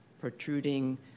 protruding